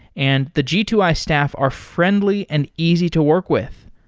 and the g two i staff are friendly and easy to work with.